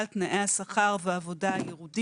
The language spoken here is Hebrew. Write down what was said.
תודה רבה, כבוד היושב-ראש ותודה ליוזמים.